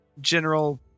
general